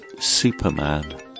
Superman